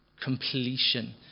completion